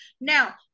now